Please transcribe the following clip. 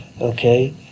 okay